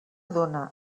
dóna